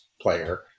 player